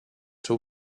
two